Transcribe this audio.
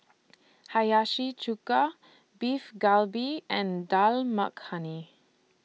Hiyashi Chuka Beef Galbi and Dal Makhani